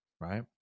right